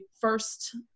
first